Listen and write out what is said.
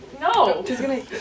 No